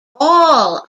all